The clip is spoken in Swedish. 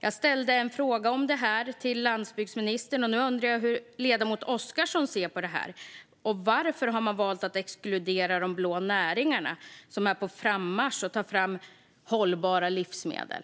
Jag ställde en fråga om det här till landsbygdsministern, och nu undrar jag hur ledamoten Oscarsson ser på det. Varför har man valt att exkludera de blå näringarna, som är på frammarsch för att ta fram hållbara livsmedel?